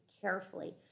carefully